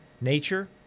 nature